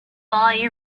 buy